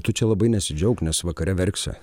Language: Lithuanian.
tu čia labai nesidžiauk nes vakare verksi